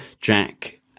Jack